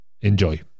Enjoy